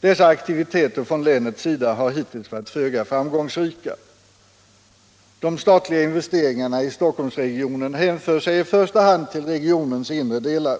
Dessa aktiviteter från länets sida har hittills varit föga framgångsrika. De statliga investeringarna i Stockholmsregionen hänför sig i första hand till regionens inre delar.